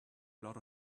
lot